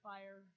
Fire